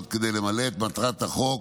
וזאת כדי למלא את מטרת החוק